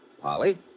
Polly